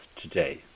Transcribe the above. today